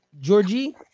Georgie